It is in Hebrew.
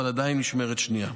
אבל עדיין משמרת שנייה.